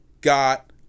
got